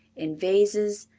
in vases,